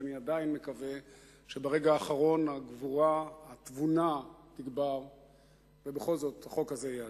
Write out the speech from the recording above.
ואני עדיין מקווה שברגע האחרון התבונה תגבר ובכל זאת החוק הזה ייעצר.